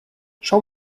show